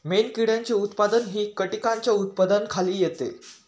मेणकिड्यांचे उत्पादनही कीटकांच्या उत्पादनाखाली येते